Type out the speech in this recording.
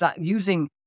using